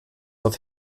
auf